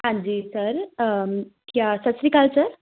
ਹਾਂਜੀ ਸਰ ਕਿਆ ਸਤਿ ਸ਼੍ਰੀ ਅਕਾਲ ਸਰ